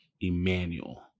Emmanuel